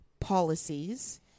Policies